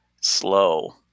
slow